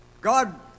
God